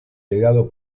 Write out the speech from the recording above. legado